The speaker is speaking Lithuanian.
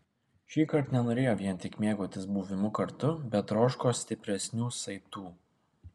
šįkart nenorėjo vien tik mėgautis buvimu kartu bet troško stipresnių saitų